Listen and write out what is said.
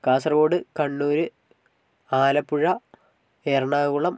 Kasaragod Kannur Alappuzha Ernakulam